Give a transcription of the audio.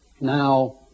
Now